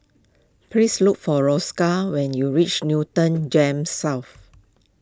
please look for Roscoe when you reach Newton Gems South